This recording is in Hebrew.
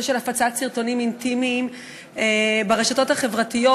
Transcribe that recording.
של הפצת סרטונים אינטימיים ברשתות החברתיות.